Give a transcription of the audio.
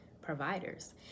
providers